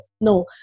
no